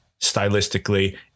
stylistically